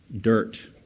Dirt